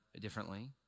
differently